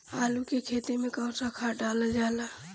आलू के खेती में कवन सा खाद डालल जाला?